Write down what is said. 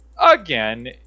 again